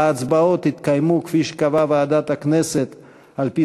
ההצבעות יתקיימו כפי שקבעה ועדת הכנסת על-פי